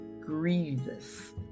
grievous